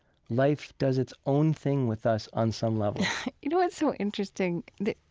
life does its own thing with us on some level you know what's so interesting? the,